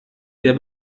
der